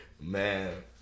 man